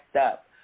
up